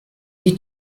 die